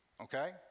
Okay